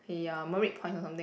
ya merit point or something